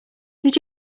did